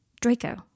Draco